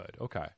okay